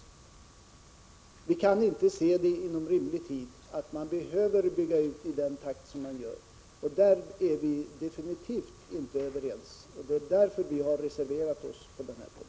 Televerket behöver inte inom rimlig tid bygga ut i den takt som nu sker. På den punkten är vi absolut inte överens i utskottet, och därför har vi reserverat oss.